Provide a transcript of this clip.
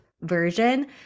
version